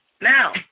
Now